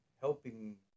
helping